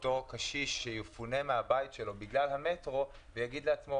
אותו קשיש שיפונה מהבית שלו בגלל המטרו ויגיד לעצמו,